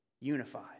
unified